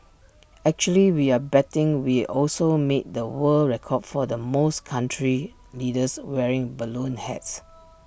actually we're betting we also made the world record for the most country leaders wearing balloon hats